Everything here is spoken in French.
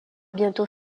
bientôt